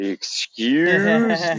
Excuse